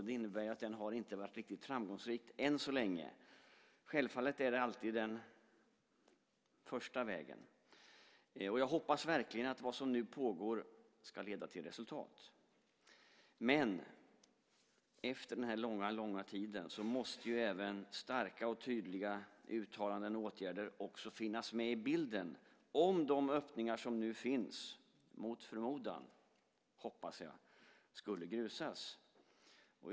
Det innebär att den inte har varit riktigt framgångsrik än så länge. Självfallet är det alltid den första vägen att gå. Jag hoppas verkligen att vad som nu pågår ska leda till resultat. Men efter den här långa tiden måste även starka och tydliga uttalanden och åtgärder finnas med i bilden om de öppningar som nu finns skulle grusas - mot förmodan, hoppas jag.